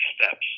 steps